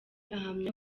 ahamya